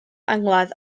angladd